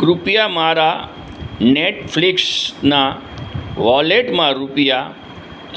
કૃપયા મારા નેટફ્લિક્સનાં વૉલેટમાં રૂપિયા